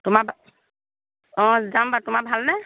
তোমাৰ অঁ যাম বাৰু তোমাৰ ভালনে